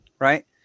Right